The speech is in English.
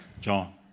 John